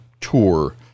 tour